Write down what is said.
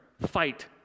fight